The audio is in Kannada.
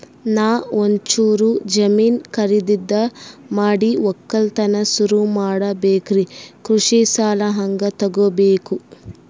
ನಾ ಒಂಚೂರು ಜಮೀನ ಖರೀದಿದ ಮಾಡಿ ಒಕ್ಕಲತನ ಸುರು ಮಾಡ ಬೇಕ್ರಿ, ಕೃಷಿ ಸಾಲ ಹಂಗ ತೊಗೊಬೇಕು?